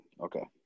Okay